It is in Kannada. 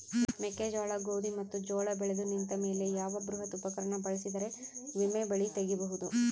ಮೆಕ್ಕೆಜೋಳ, ಗೋಧಿ ಮತ್ತು ಜೋಳ ಬೆಳೆದು ನಿಂತ ಮೇಲೆ ಯಾವ ಬೃಹತ್ ಉಪಕರಣ ಬಳಸಿದರ ವೊಮೆ ಬೆಳಿ ತಗಿಬಹುದು?